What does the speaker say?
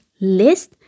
list